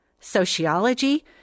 sociology